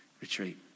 Retreat